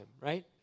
right